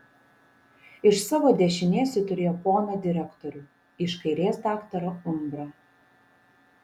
iš savo dešinės ji turėjo poną direktorių iš kairės daktarą umbrą